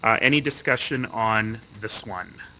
any discussion on this one?